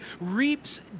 reaps